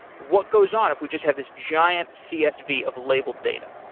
what goes on if we just have this giant csv of labeled data?